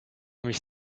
mich